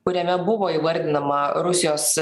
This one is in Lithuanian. kuriame buvo įvardinama rusijos